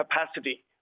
capacity